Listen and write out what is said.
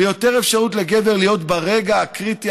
ליותר אפשרות לגבר להיות ברגע הקריטי,